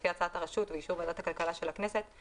לפי הצעת הרשות ובאישור ועדת הכלכלה של הכנסת,